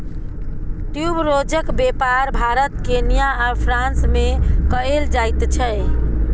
ट्यूबरोजक बेपार भारत केन्या आ फ्रांस मे कएल जाइत छै